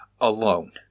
alone